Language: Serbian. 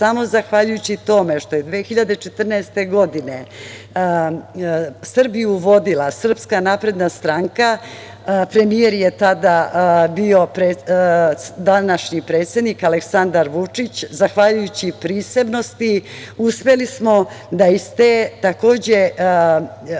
samo zahvaljujući tome što je 2014. godine Srbiju vodila SNS, premijer je tada bio današnji predsednik Aleksandar Vučić, zahvaljujući prisebnosti uspeli smo da iz jedne